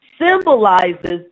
symbolizes